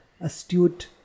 astute